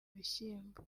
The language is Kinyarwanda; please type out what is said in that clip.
bishyimbo